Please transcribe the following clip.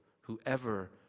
Whoever